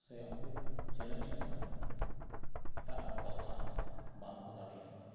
ᱥᱮ ᱩᱱᱠᱩ ᱪᱮᱞᱮᱧᱡᱽ ᱠᱟᱛᱮᱫ ᱦᱚᱸ ᱮᱴᱟᱜ ᱦᱚᱲ ᱠᱚ ᱥᱟᱞᱟᱜ ᱦᱚᱸ ᱵᱟᱝ ᱠᱚ ᱫᱟᱲᱮᱭᱟᱜ ᱠᱟᱱᱟ